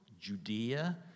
Judea